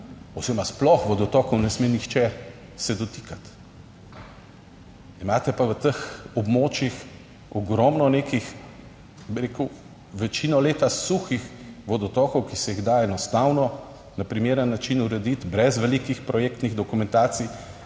oziroma sploh vodotokov ne sme nihče se dotikati. Imate pa v teh območjih ogromno nekih, bi rekel, večino leta suhih vodotokov, ki se jih da enostavno na primeren način urediti brez velikih projektnih dokumentacij,